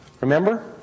Remember